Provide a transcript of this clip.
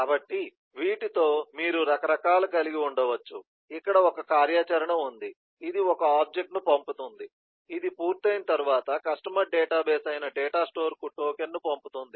కాబట్టి వీటితో మీరు రకరకాలు కలిగి ఉండవచ్చు ఇక్కడ ఒక కార్యాచరణ ఉంది ఇది ఒక ఆబ్జెక్ట్ ను పంపుతుంది ఇది పూర్తయిన తర్వాత కస్టమర్ డేటాబేస్ అయిన డేటా స్టోర్కు టోకెన్ను పంపుతుంది